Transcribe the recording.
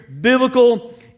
biblical